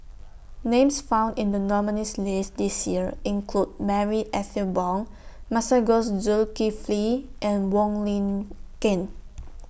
Names found in The nominees' list This Year include Marie Ethel Bong Masagos Zulkifli and Wong Lin Ken